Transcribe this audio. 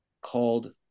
called